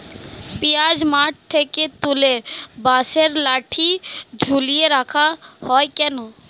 পিঁয়াজ মাঠ থেকে তুলে বাঁশের লাঠি ঝুলিয়ে রাখা হয় কেন?